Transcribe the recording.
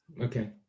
Okay